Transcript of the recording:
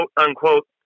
unquote